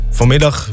vanmiddag